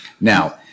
Now